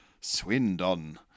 swindon